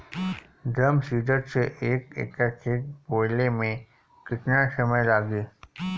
Drum seeder से एक एकड़ खेत बोयले मै कितना समय लागी?